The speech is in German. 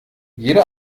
jede